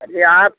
अरे यार